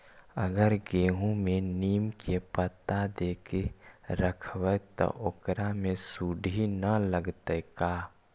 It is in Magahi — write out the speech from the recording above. अगर गेहूं में नीम के पता देके यखबै त ओकरा में सुढि न लगतै का?